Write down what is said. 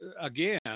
again